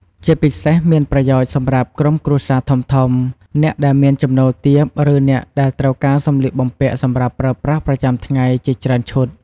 ជាពិសេសមានប្រយោជន៍សម្រាប់ក្រុមគ្រួសារធំៗ អ្នកដែលមានចំណូលទាប ឬអ្នកដែលត្រូវការសម្លៀកបំពាក់សម្រាប់ប្រើប្រាស់ប្រចាំថ្ងៃជាច្រើនឈុត។